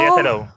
hello